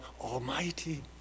Almighty